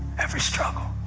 every struggle,